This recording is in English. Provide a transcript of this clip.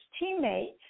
teammate